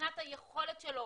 מבחינת היכולת שלו